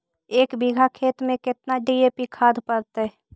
एक बिघा खेत में केतना डी.ए.पी खाद पड़तै?